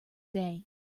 day